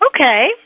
Okay